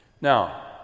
Now